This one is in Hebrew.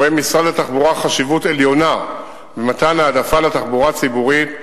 רואה משרד התחבורה חשיבות עליונה במתן העדפה לתחבורה ציבורית,